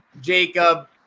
Jacob